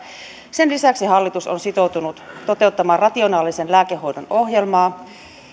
sen lisäksi hallitus on sitoutunut toteuttamaan rationaalisen lääkehoidon ohjelmaa